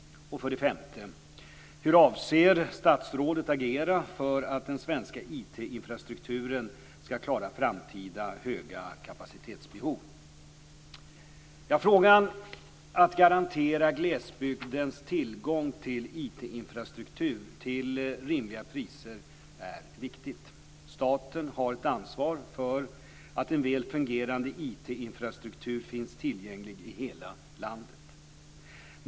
Frågan om att garantera glesbygdens tillgång till IT-infrastruktur till rimliga priser är viktig. Staten har ett ansvar för att en väl fungerande IT-infrastruktur finns tillgänglig i hela landet.